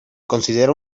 considera